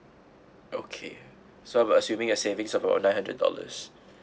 okay so I'm assuming a savings about nine hundred dollars